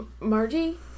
Margie